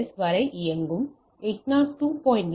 S வரை இயங்கும் 802